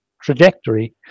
trajectory